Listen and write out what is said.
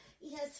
Yes